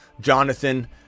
Jonathan